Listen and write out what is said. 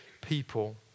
people